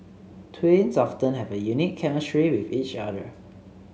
twins often have a unique chemistry with each other